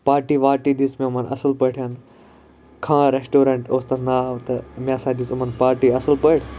party وارٹی دِژ مےٚ یِمَن اصل پٲٹھۍ خان ریٚسٹورنٹ اوس تَتھ ناو تہٕ مےٚ ہَسا دِژ یِمَن پارٹی اصل پٲٹھۍ